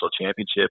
championship